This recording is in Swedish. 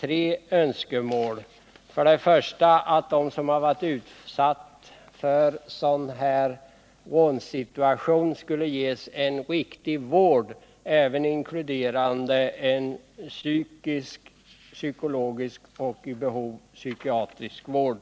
tre önskemål: För det första skall de som varit utsatta för en rånsituation ges en riktig vård, inkluderande en psykisk, psykologisk och vid behov psykiatrisk vård.